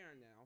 now